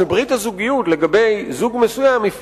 שברית הזוגיות לגבי זוג מסוים היא פיקטיבית,